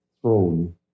thrown